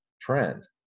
trend